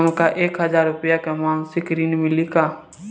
हमका एक हज़ार रूपया के मासिक ऋण मिली का?